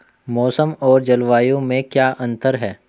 मौसम और जलवायु में क्या अंतर?